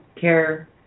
care